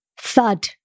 thud